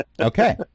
Okay